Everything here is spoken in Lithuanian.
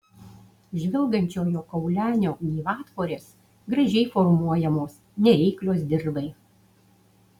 žvilgančiojo kaulenio gyvatvorės gražiai formuojamos nereiklios dirvai